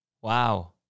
Wow